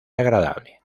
agradable